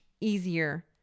easier